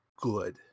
good